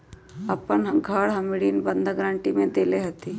अपन घर हम ऋण बंधक गरान्टी में देले हती